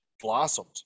blossomed